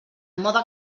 mode